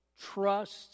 trust